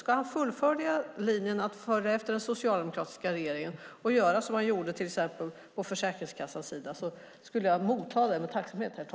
Om han fullföljer linjen från den tidigare socialdemokratiska regeringen och göra som han gjorde till exempel på Försäkringskassans sida skulle jag motta det med tacksamhet.